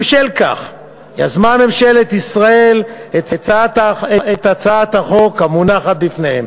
בשל כך יזמה ממשלת ישראל את הצעת החוק המונחת בפניכם.